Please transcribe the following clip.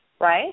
right